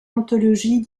anthologie